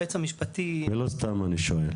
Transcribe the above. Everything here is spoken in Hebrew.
ולא סתם אני שואל.